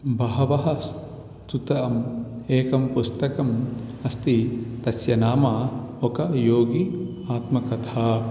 बहवः स्तुतम् एकं पुस्तकम् अस्ति तस्य नाम ओक योगी आत्मकथा